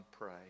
pray